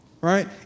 right